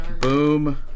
Boom